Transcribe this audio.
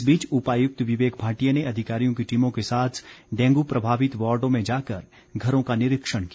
इस बीच उपायुक्त विवेक भाटिया ने अधिकारियों की टीमों के साथ डेंगू प्रभावित वार्डों में जाकर घरों का निरीक्षण किया